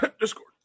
Discord